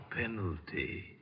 penalty